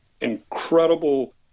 incredible